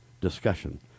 discussion